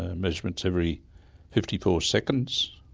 measurements every fifty four seconds.